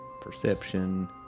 perception